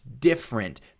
different